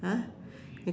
!huh!